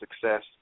success